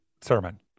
sermon